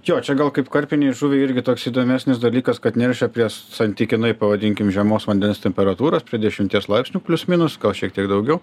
jo čia gal kaip karpinei žuviai irgi toks įdomesnis dalykas kad nerišia prie santykinai pavadinkim žemos vandens temperatūros prie dešimties laipsnių plius minus gal šiek tiek daugiau